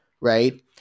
right